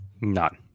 None